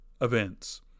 events